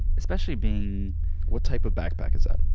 especially being what type of backpack is that?